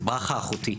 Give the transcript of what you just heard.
"ברכה אחותי,